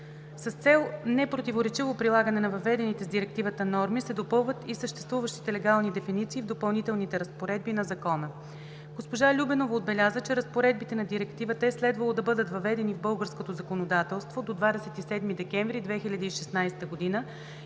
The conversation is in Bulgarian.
С цел непротиворечиво прилагане на въведените с Директивата норми се допълват и съществуващите легални дефиниции в Допълнителните разпоредби на Закона. Госпожа Любенова отбеляза, че разпоредбите на Директивата е следвало да бъдат въведени в българското законодателство до 27 декември 2016 г.